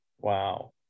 Wow